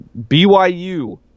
BYU